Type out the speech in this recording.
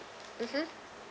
mmhmm